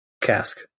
cask